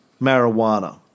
marijuana